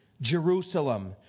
Jerusalem